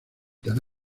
tan